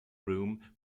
room